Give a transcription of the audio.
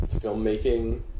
filmmaking